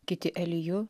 kiti eliju